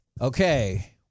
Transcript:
Okay